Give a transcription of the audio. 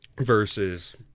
Versus